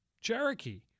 Cherokee